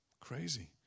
Crazy